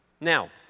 Now